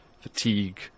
fatigue